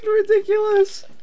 ridiculous